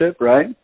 right